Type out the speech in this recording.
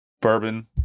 bourbon